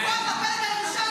באמת, אותם אנשים,